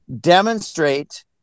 demonstrate